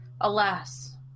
alas